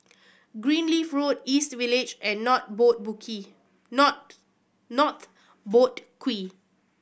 Greenleaf Road East Village and North Boat Not North Boat Quay